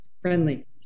Friendly